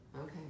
Okay